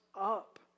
up